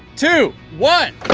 two, one.